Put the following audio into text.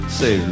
say